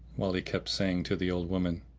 while he kept saying to the old woman,